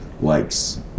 likes